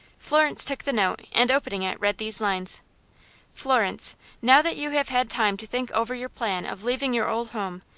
florence took the note, and, opening it, read these lines florence now that you have had time to think over your plan of leaving your old home,